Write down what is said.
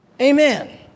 Amen